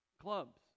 Clubs